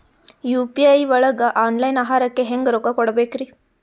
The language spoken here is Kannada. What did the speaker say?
ಯು.ಪಿ.ಐ ಒಳಗ ಆನ್ಲೈನ್ ಆಹಾರಕ್ಕೆ ಹೆಂಗ್ ರೊಕ್ಕ ಕೊಡಬೇಕ್ರಿ?